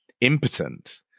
impotent